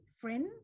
friends